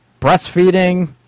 breastfeeding